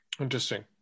Interesting